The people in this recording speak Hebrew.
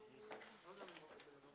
הישיבה ננעלה בשעה 13:04.